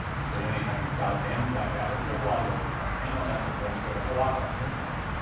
because anytime you've got a bend like that, if you have a lot of overpressure ammo, that's a place where the whole op rod is going to bend.